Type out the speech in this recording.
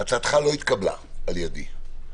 שהצעתך לא התקבלה על ידי.